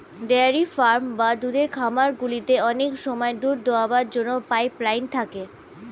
dairy farm বা দুধের খামারগুলিতে অনেক সময় দুধ দোয়াবার জন্য পাইপ লাইন থাকে